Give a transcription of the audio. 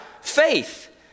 faith